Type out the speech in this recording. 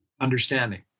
understanding